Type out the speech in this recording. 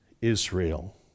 Israel